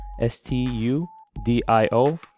S-T-U-D-I-O